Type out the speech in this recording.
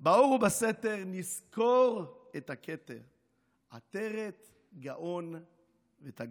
/ באור ובסתר / זכור את הכתר, / עטרת גאון ותגר.